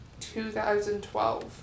2012